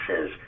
says